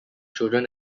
children